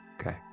Okay